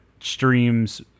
streams